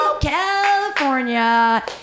California